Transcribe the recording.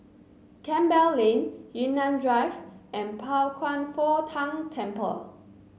Campbell Lane Yunnan Drive and Pao Kwan Foh Tang Temple